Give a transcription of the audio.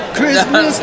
Christmas